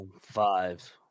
Five